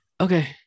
okay